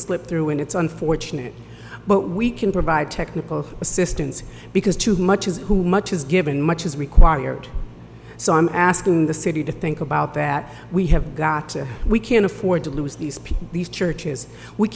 slip through and it's unfortunate but we can provide technical assistance because too much is too much is given much is required so i'm asking the city to think about that we have got we can't afford to lose these people these churches we